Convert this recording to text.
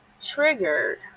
triggered